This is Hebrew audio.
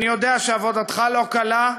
אני יודע שעבודתך לא קלה.